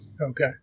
Okay